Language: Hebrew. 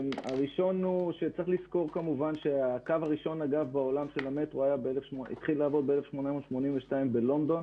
צריך לזכור כמובן שהקו הראשון בעולם של המטרו התחיל לעבוד ב-1882 בלונדון